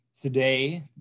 today